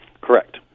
Correct